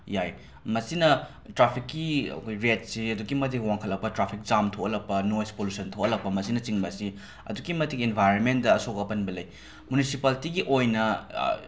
ꯌꯥꯏ ꯃꯁꯤꯅ ꯇ꯭ꯔꯥꯐꯤꯛꯀꯤ ꯑꯩꯈꯣꯏ ꯔꯦꯠꯁꯤ ꯑꯗꯨꯛꯀꯤ ꯃꯇꯤꯛ ꯋꯥꯡꯈꯠꯂꯛꯄ ꯇ꯭ꯔꯥꯐꯤꯛ ꯖꯥꯝ ꯊꯣꯛꯍꯜꯂꯛꯄ ꯅꯣꯏꯁ ꯄꯣꯂꯨꯁꯟ ꯊꯣꯛꯍꯜꯂꯛꯄ ꯃꯁꯤꯅꯆꯤꯡꯕ ꯑꯁꯤ ꯑꯗꯨꯛꯀꯤ ꯃꯇꯤꯛ ꯏꯟꯕꯥꯏꯔꯣꯟꯃꯦꯟꯗ ꯑꯁꯣꯛ ꯑꯄꯟꯕ ꯂꯩ ꯃꯨꯅꯤꯁꯤꯄꯥꯂꯤꯇꯤꯒꯤ ꯑꯣꯏꯅ